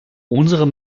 unsere